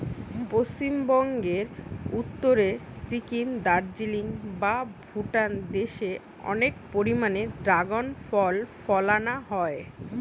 পশ্চিমবঙ্গের উত্তরে সিকিম, দার্জিলিং বা ভুটান দেশে অনেক পরিমাণে দ্রাগন ফল ফলানা হয়